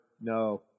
No